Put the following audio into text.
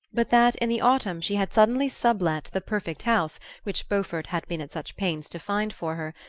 but that in the autumn she had suddenly sub-let the perfect house which beaufort had been at such pains to find for her,